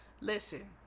listen